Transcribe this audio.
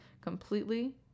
completely